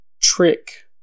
trick